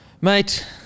Mate